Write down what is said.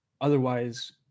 otherwise